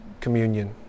communion